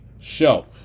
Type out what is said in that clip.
show